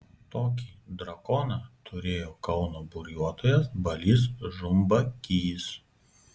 tokį drakoną turėjo kauno buriuotojas balys žumbakys